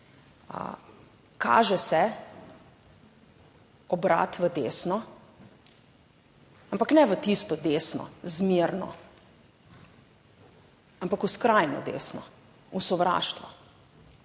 kaže se obrat v desno, ampak ne v tisto desno, zmerno, ampak v skrajno desno, v sovraštvo.